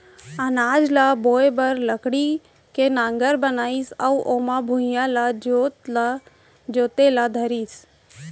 अनाज ल बोए बर लकड़ी के नांगर बनाइस अउ ओमा भुइयॉं ल जोते ल धरिस